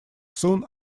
soon